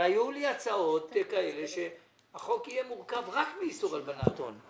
אבל היו לי הצעות כאלה שהחוק יהיה מורכב רק מאיסור הלבנת הון.